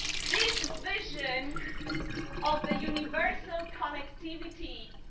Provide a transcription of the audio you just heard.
this vision of the universal connectivity,